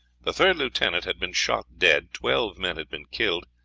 the third lieutenant had been shot dead, twelve men had been killed,